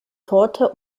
torte